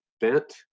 bent